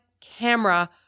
camera